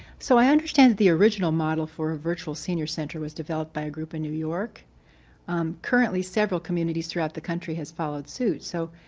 so i understand the original model for a virtual senior center was developed by a group in new york currently several communities throughout the country has followed suit so.